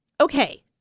Okay